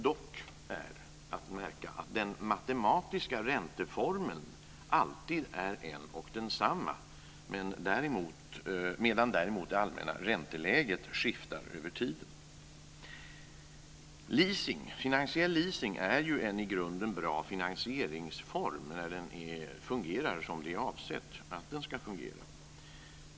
Dock är att märka att den matematiska ränteformeln alltid är en och densamma medan däremot det allmänna ränteläget skiftar över tiden. Leasing, finansiell leasing, är ju en i grunden bra finansieringsform när den fungerar som det är avsett att den ska fungera.